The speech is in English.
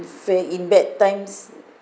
in fair in bad times